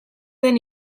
zen